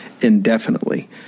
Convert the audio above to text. indefinitely